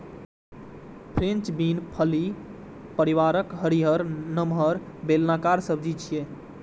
French bean फली परिवारक हरियर, नमहर, बेलनाकार सब्जी छियै